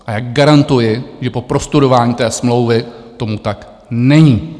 A já garantuji po prostudování té smlouvy, že tomu tak není.